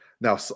Now